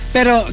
Pero